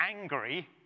angry